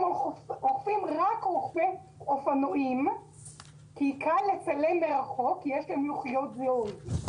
הם אוכפים רק רוכבי אופנועים כי קל לצלם מרחוק ויש להם לוחיות זיהוי.